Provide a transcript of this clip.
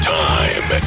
time